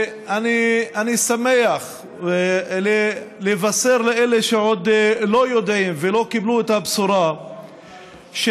אני שמח לבשר לאלה שעוד לא יודעים ולא קיבלו את הבשורה שהיום,